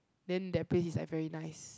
then that place is like very nice